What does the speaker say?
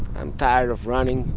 i'm tired of running.